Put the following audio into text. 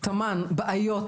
וטמן בעיות,